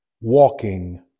walking